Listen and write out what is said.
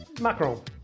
Mackerel